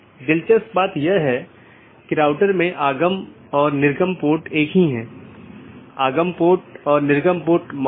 और BGP protocol के तहत एक BGP डिवाइस R6 को EBGP के माध्यम से BGP R1 से जुड़ा हुआ है वहीँ BGP R3 को BGP अपडेट किया गया है और ऐसा ही और आगे भी है